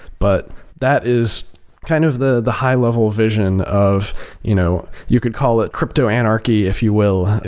but that is kind of the the high level vision of you know you could call it crypto anarchy if you will,